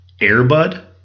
Airbud